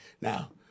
Now